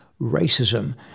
racism